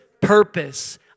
purpose